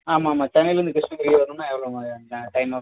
ஆமாம் ஆமாம் சென்னையிலேருந்து கிருஷ்ணகிரி வரணும்னால் எவ்வளோ ம நே டைம் ஆகும்